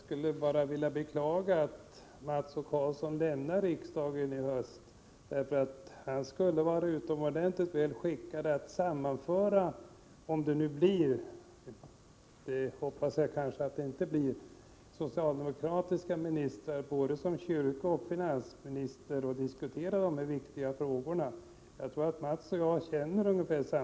Herr talman! Jag beklagar att Mats O Karlsson lämnar riksdagen i höst. Han skulle nämligen vara utomordentligt väl skickad att sammanföra en socialdemokratisk kyrkominister och finansminister för att diskutera viktiga frågor. Jag hoppas dock att utfallet av valet inte blir sådant.